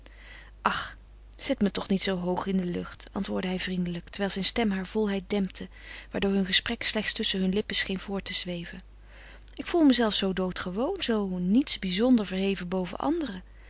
ach zet me toch niet zoo hoog in de lucht antwoordde hij vriendelijk terwijl zijn stem haar volheid dempte waardoor hun gesprek slechts tusschen hun lippen scheen voort te zweven ik voel me zelf zoo doodgewoon zoo niets bizonder verheven boven anderen